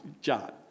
John